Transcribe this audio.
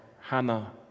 Hannah